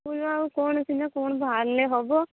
ସ୍କୁଲରେ ଆଉ କ'ଣ ସିନା କ'ଣ ବାହାରିଲେ ହେବ